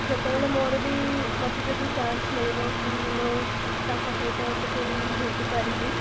ଯେତେବେଳେ ମୋର ବି ମୋତେ ଯଦି ଚାନ୍ସ୍ ମିଳିବ କି ମୁଁ ତାଙ୍କ ସହିତ ଟିକିଏ ଭେଟିପାରିବି